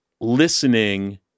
listening